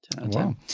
Wow